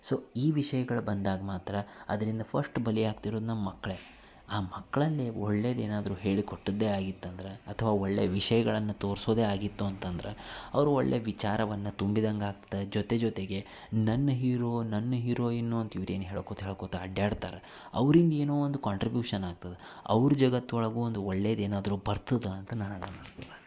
so ಈ ವಿಷಯಗಳು ಬಂದಾಗ ಮಾತ್ರ ಅದರಿಂದ ಫಶ್ಟ್ ಬಲಿ ಆಗ್ತಿರೋದು ನಮ್ಮ ಮಕ್ಕಳೇ ಆ ಮಕ್ಳಲ್ಲಿ ನೀವು ಒಳ್ಳೆದು ಏನಾದರೂ ಹೇಳಿಕೊಟ್ಟದ್ದೇ ಆಗಿತ್ತಂದರೆ ಅಥವಾ ಒಳ್ಳೆಯ ವಿಷಯಗಳನ್ನು ತೋರಿಸೋದೇ ಆಗಿತ್ತು ಅಂತಂದ್ರೆ ಅವರು ಒಳ್ಳೆಯ ವಿಚಾರವನ್ನು ತುಂಬಿದಂಗೆ ಆಗ್ತ ಜೊತೆ ಜೊತೆಗೆ ನನ್ನ ಹೀರೋ ನನ್ನ ಹೀರೋಯಿನ್ನು ಅಂತ ಇವ್ರೇನು ಹೇಳ್ಕೊತ ಹೇಳ್ಕೋತಾ ಅಡ್ಯಾಡ್ತರೆ ಅವ್ರಿಂದ ಏನೋ ಒಂದು ಕಾಂಟ್ರಿಬ್ಯೂಶನ್ ಆಗ್ತದೆ ಅವ್ರ ಜಗತ್ತೊಳಗೂ ಒಂದು ಒಳ್ಳೇದು ಏನಾದರೂ ಬರ್ತದೆ ಅಂತ ನನಗೆ ಅನಿಸ್ತದೆ